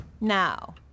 Now